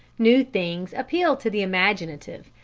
new things appeal to the imaginative,